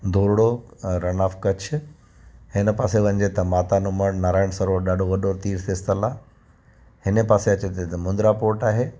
Dhordo Rann of Kutch हिन पासे वञिजे त माता नो मढ़ नाराइण सरोवर ॾाढो वॾो तीर्थ स्थल आहे हिन पासे अचिजे त मुंद्रा पॉट आहे